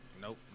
Nope